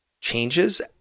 changes